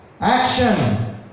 Action